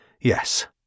Yes